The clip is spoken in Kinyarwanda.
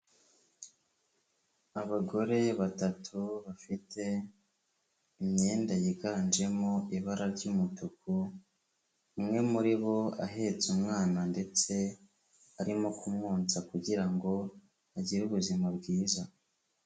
Abagore batatu bafite imyenda yiganjemo ibara ry'umutuku, umwe muri bo ahetse umwana ndetse arimo kumwonsa kugira ngo agire ubuzima bwiza.